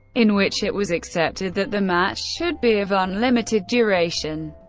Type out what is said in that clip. in which it was accepted that the match should be of unlimited duration,